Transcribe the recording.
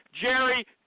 Jerry